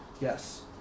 Yes